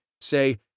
say